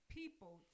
people